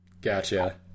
Gotcha